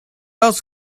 else